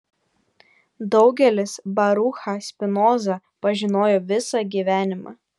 daugelis baruchą spinozą pažinojo visą gyvenimą